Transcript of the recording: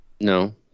No